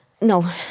No